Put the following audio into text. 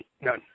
None